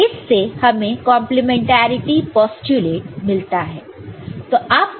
तो इससे हमें कंप्लीमेंट्रिटी पोस्टयूलेट मिलता है